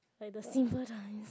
like the simple dance